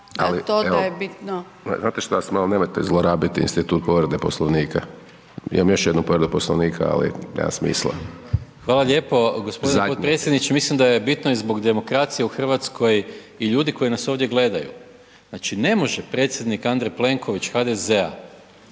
Znate šta, ja vas molim nemojte zlorabiti institut povrede Poslovnika. Imam još jednu povredu Poslovnika, ali nema smisla, .../Govornik se ne razumije./.... **Maras, Gordan (SDP)** Hvala lijepo gospodine potpredsjedniče. Mislim da je bitno i zbog demokracije u Hrvatskoj i ljudi koji nas ovdje gledaju. Znači ne može predsjednik Andrej Plenković HDZ-a